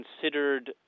considered